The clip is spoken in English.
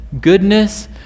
goodness